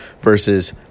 versus